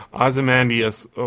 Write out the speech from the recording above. Ozymandias